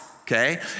okay